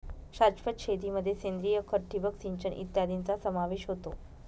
शाश्वत शेतीमध्ये सेंद्रिय खत, ठिबक सिंचन इत्यादींचा समावेश होतो